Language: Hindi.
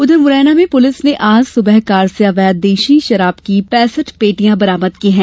उधर मुरैना में पुलिस ने आज सुबह कार से अवैध देशी शराब की पेंसठ पेटियां बरामद की हैं